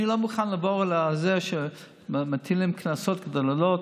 אני לא מוכן לעבור על זה שמטילים קנסות גדולים,